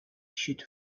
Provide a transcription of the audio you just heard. should